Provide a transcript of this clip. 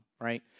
right